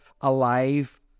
alive